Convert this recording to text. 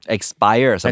Expire